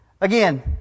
Again